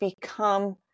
become